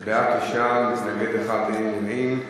בעד, 9, מתנגד אחד, אין נמנעים.